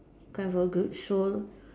kind of a good soul